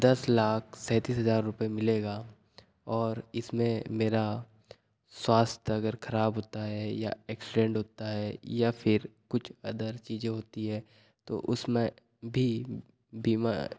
दस लाख सैंतीस हज़ार रूपये मिलेगा और इसमें मेरा स्वास्थ अगर ख़राब होता है या एक्सीडेंट होता है या फिर कुछ अदर चीज़ें होती है तो उसमें भी बीमा